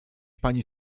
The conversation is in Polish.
pani